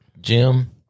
Jim